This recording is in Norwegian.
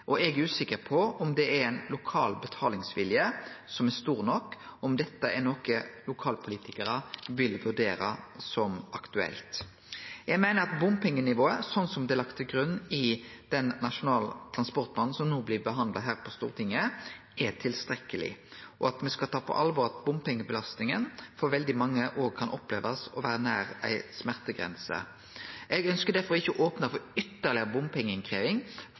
og eg er usikker på om det er ein lokal betalingsvilje som er stor nok, om dette er noko lokalpolitikarar vil vurdere som aktuelt. Eg meiner at bompengenivået slik det er lagt til grunn i den nasjonale transportplanen som no blir behandla her på Stortinget, er tilstrekkeleg, og at me skal ta på alvor at bompengebelastninga for veldig mange kan opplevast å vere nær ei smertegrense. Eg ønskjer derfor ikkje å opne for å krevje inn ytterlegare